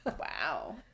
wow